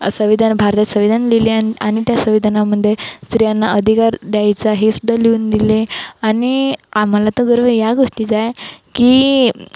संविधान भारतात संविधान लिहिली आणि आणि त्या संविधानामध्ये स्त्रियांना अधिकार द्यायचा हे सुद्धा लिहून दिले आणि आम्हाला तर गर्व या गोष्टीचा आहे की